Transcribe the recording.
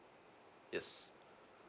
yes